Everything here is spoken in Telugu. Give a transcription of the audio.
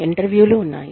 ఇంటర్వ్యూలు ఉన్నాయి